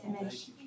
image